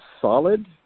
solid